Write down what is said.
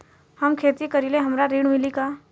हम खेती करीले हमरा ऋण मिली का?